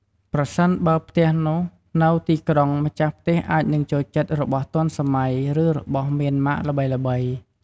ប្រសិនបើផ្ទះនោះនៅទីក្រុងម្ចាស់ផ្ទះអាចនឹងចូលចិត្តរបស់ទាន់សម័យ ឬរបស់មានម៉ាកល្បីៗ។